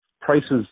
prices